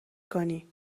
کنی